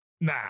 Nah